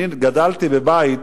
אני גדלתי בבית